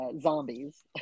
zombies